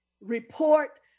report